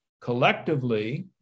collectively